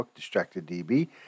DistractedDB